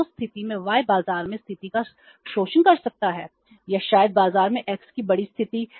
तो उस स्थिति में Y बाजार में स्थिति का शोषण कर सकता है या शायद बाजार में X की बड़ी स्थिति